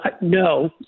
No